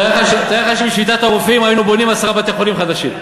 תאר לך שבשביתת הרופאים היינו בונים עשרה בתי-חולים חדשים.